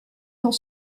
dans